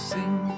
Sing